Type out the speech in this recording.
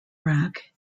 rack